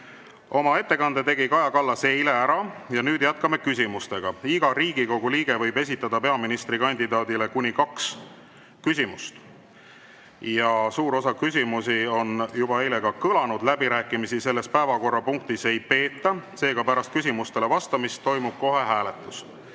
Oma ettekande tegi Kaja Kallas eile ära ja nüüd jätkame küsimustega. Iga Riigikogu liige võib esitada peaministrikandidaadile kuni kaks küsimust. Suur osa küsimusi on juba eile kõlanud. Läbirääkimisi selles päevakorrapunktis ei peeta, seega pärast küsimustele vastamist toimub kohe hääletus. Palun